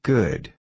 Good